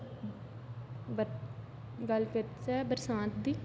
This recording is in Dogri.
गल्ल करचे बरसांत दी